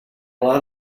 lot